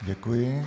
Děkuji.